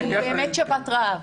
הוא שבת רעב.